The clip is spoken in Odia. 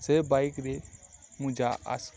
ସେ ବାଇକରେ ମୁଁ ଯା ଆସ